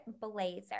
blazer